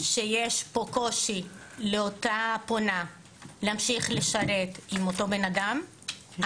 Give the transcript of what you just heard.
שיש פה קושי לאותה פונה להמשיך לשרת עם אותו בן אדם,